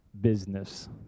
business